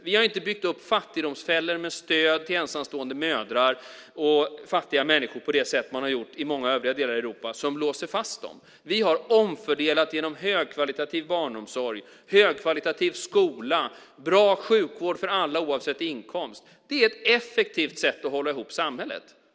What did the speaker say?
Vi har inte byggt upp fattigdomsfällor med stöd till ensamstående mödrar och fattiga människor på det sätt som man har gjort i många övriga delar av Europa som låser fast dem. Vi har omfördelat genom högkvalitativ barnomsorg, högkvalitativ skola och bra sjukvård för alla oavsett inkomst. Det är ett effektivt sätt att hålla ihop samhället.